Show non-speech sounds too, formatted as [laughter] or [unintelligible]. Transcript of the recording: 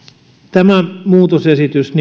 tämän muutosesityksen [unintelligible]